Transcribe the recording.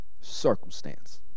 circumstance